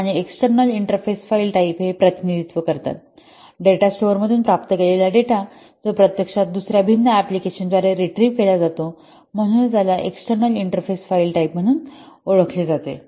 आणि external interface file type हे प्रतिनिधित्व करतात डेटा स्टोअरमधून प्राप्त केलेला डेटा जो प्रत्यक्षात दुसर्या भिन्न अँप्लिकेशनद्वारे रिट्रिव्ह केला जातो म्हणूनच याला एक्सटर्नल इंटरफेस फाइल टाईप म्हणून ओळखले जाते